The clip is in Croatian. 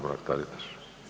Mrak-Taritaš.